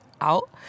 out